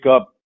up